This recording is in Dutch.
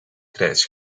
grijs